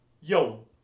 yo